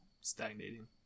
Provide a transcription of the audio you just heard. stagnating